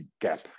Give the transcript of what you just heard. gap